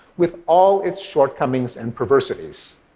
with all its shortcomings and perversities.